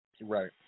right